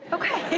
okay,